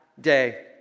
day